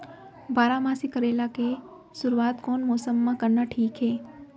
बारामासी करेला के शुरुवात कोन मौसम मा करना ठीक हे?